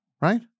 right